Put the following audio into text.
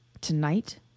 Tonight